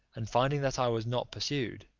and finding that i was not pursued,